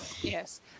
Yes